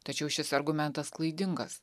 tačiau šis argumentas klaidingas